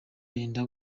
yenda